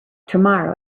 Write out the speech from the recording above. tomorrow